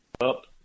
up